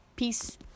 Peace